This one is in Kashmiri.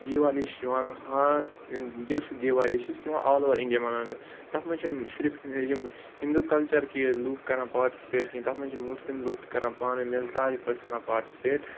دیٖوالی چھِ یِوان ہار یُس دیٖوالی چھِ سُہ چھِ یِوان آلاوٚوَر اِنڈیا مَناونہٕ تَتھ منٛز چھِنہٕ صرف یِم ہِندوٗ کَلچَرکی لُکھ کَران پاٹسٕپیٹ کِہیٖنۍ تَتھ منٛز چھِ مُسلِم لُکھ تہِ کَران پانَے مِلسارٕکۍ پٲٹھۍ کَران پاٹسٕپیٹ